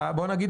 בוא נגיד